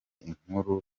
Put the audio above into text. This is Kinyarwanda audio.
inkuru